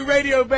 Radio